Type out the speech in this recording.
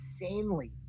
Insanely